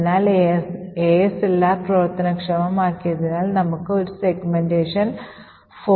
അതിനാൽ ASLR പ്രവർത്തനക്ഷമമാക്കിയതിനാൽ നമുക്ക് ഒരു സെഗ്മെൻറേഷൻ പിശക് ലഭിക്കുന്നു